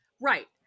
Right